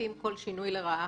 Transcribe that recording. מציפים כל שינוי לרעה,